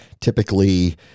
Typically